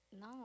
no